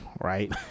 right